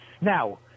now